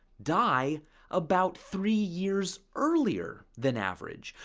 die about three years earlier than average.